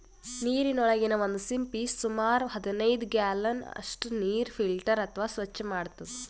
ನೀರಿನೊಳಗಿನ್ ಒಂದ್ ಸಿಂಪಿ ಸುಮಾರ್ ಹದನೈದ್ ಗ್ಯಾಲನ್ ಅಷ್ಟ್ ನೀರ್ ಫಿಲ್ಟರ್ ಅಥವಾ ಸ್ವಚ್ಚ್ ಮಾಡ್ತದ್